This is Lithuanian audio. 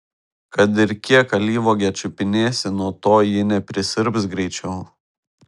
kad ir kiek alyvuogę čiupinėsi nuo to ji neprisirps greičiau